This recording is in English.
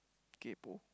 kaypoh